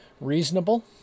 reasonable